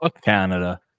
Canada